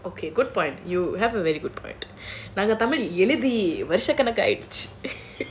okay good point you have a very good point எழுதி வருஷ கணக்காயிடுச்சு:eluthi varusha kanakkaayiduchu